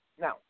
Now